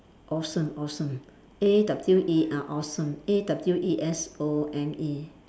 awesome awesome A W E ah awesome A W E S O M E